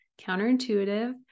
counterintuitive